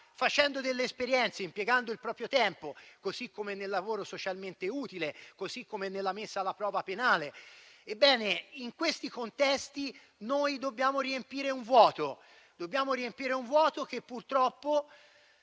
facendo delle esperienze, impiegando il proprio tempo nel lavoro socialmente utile, così come nella messa alla prova penale. Ebbene, in questi contesti noi dobbiamo riempire un vuoto che purtroppo